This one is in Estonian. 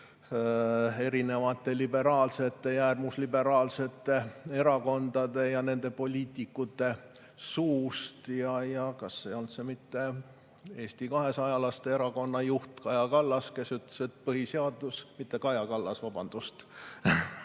erinevate liberaalsete ja äärmusliberaalsete erakondade ja nende poliitikute suust. Ja kas see ei olnud mitte Eesti 200‑laste erakonna juht Kaja Kallas, kes ütles, et põhiseadus ... Mitte Kaja Kallas, vabandust,